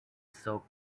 soap